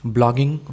Blogging